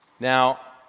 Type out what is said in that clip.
now,